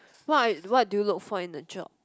what are~ what do you look for in the job